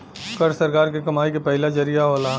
कर सरकार के कमाई के पहिला जरिया होला